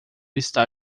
está